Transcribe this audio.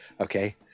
okay